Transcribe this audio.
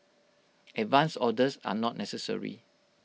advance orders are not necessary